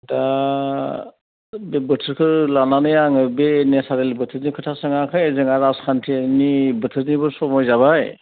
दा बोथोरखो लानानै आङो बे नेचारेल बोथोरनि खोथा सोङाखै जोंहा राजखान्थियारिनि बोथोरनिबो समय जाबाय